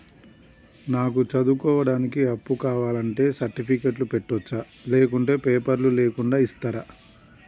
నాకు చదువుకోవడానికి అప్పు కావాలంటే సర్టిఫికెట్లు పెట్టొచ్చా లేకుంటే పేపర్లు లేకుండా ఇస్తరా?